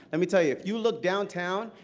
and me tell you, if you look downtown,